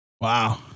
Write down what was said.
Wow